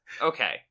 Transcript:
okay